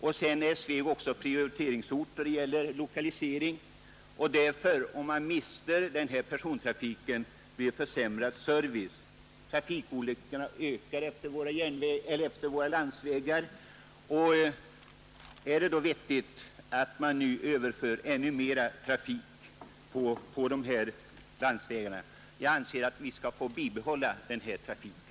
Sveg är prioriteringsort i fråga om lokalisering. Om vi mister persontrafiken blir det försämrad service. Trafikolyckorna ökar på våra landsvägar. Är det då vettigt att än mera trafik överföres till vägarna? Jag anser att vi bör få behålla vår järnvägslinje.